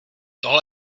tohle